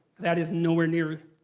that is nowhere near.